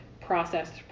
processed